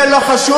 זה לא חשוב?